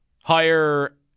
hire